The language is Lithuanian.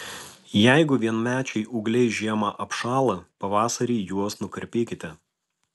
jeigu vienmečiai ūgliai žiemą apšąla pavasarį juos nukarpykite